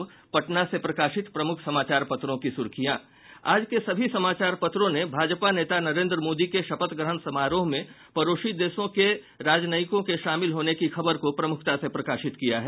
अब पटना से प्रकाशित प्रमुख समाचार पत्रों की सुर्खियां आज के सभी समाचार पत्रों ने भाजपा नेता नरेंद्र मोदी के शपथ ग्रहण समारोह में पड़ोसी देशों के राजनयिकों के शामिल होने की खबर को प्रमुखता से प्रकाशित किया है